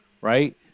right